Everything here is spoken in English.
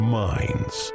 minds